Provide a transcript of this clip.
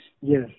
Yes